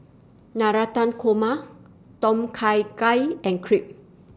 Navratan Korma Tom Kha Gai and Crepe